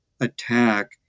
attack